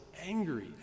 angry